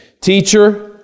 teacher